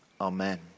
Amen